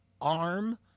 Arm